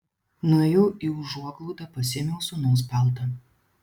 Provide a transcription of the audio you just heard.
nuėjau į užuoglaudą pasiėmiau sūnaus paltą